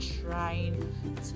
Trying